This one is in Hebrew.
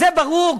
זה ברור,